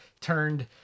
turned